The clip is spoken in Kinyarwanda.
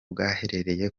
bwahereye